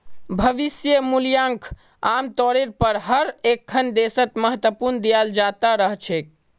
भविष्य मूल्यक आमतौरेर पर हर एकखन देशत महत्व दयाल जा त रह छेक